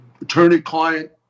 attorney-client